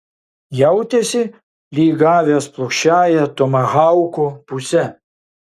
jautėsi lyg gavęs plokščiąja tomahauko puse